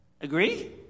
Agree